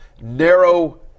narrow